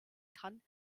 kann